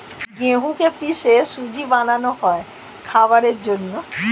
গেহুকে পিষে সুজি বানানো হয় খাবারের জন্যে